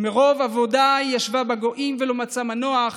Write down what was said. ומרב עבודה היא ישבה בגוים ולא מצאה מנוח